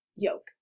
yoke